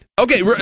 Okay